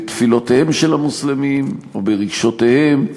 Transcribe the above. בתפילותיהם של המוסלמים או ברגשותיהם.